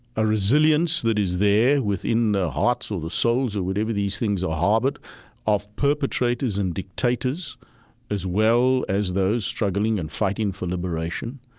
a resilience that is there within the hearts or the souls, or wherever these things are harbored of perpetrators and dictators as well as those struggling and fighting for liberation,